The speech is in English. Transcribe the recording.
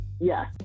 yes